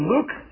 Luke